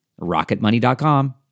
RocketMoney.com